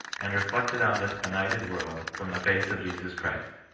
and reflected on this benighted world from the face of jesus christ.